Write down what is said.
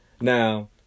now